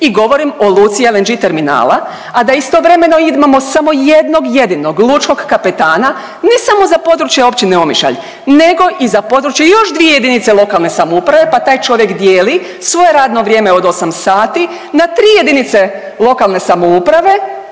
i govorim o luci LNG terminala, a da istovremeno imamo samo jednog jedinog lučkog kapetana ne samo za područje Općine Omišalj nego i za područje još dvije JLS, pa taj čovjek dijeli svoje radno vrijeme od 8 sati na tri jedinice lokalne samouprave